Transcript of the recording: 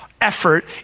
effort